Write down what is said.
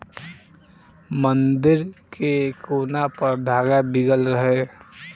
मंदिर के कोना पर धागा बीगल रहे